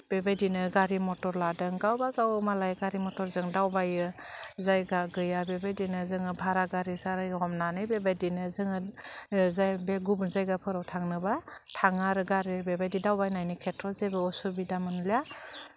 बेबायदिनो गारि मटर लादों गावबा गाव मालाय गारि मटरजों दावबायो जायगा गैया बेबायदिनो जोङो भारा गारि सालायनो हमनानै बेबायदिनो जोङो जाय बे गुबुन जायगाफोराव थांनोबा थाङो आरो गारि बेबायदि दावबायनायनि खेथ्र'वाव जेबो असुबिदा मोनलिया